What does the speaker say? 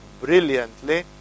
brilliantly